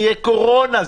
יהיה קורונה,